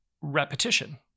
repetition